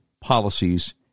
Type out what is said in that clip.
policies